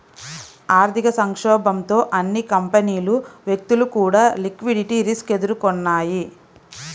ఆర్థిక సంక్షోభంతో అన్ని కంపెనీలు, వ్యక్తులు కూడా లిక్విడిటీ రిస్క్ ఎదుర్కొన్నయ్యి